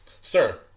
sir